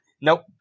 nope